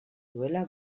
zuela